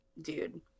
dude